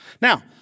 Now